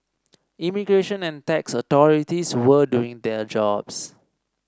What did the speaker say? immigration and tax authorities were doing their jobs